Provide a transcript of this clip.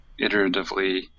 iteratively